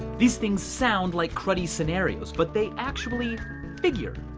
these things sound like cruddy scenarios, but they actually figure,